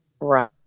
Right